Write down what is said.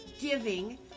giving